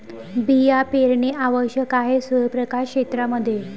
बिया पेरणे आवश्यक आहे सूर्यप्रकाश क्षेत्रां मध्ये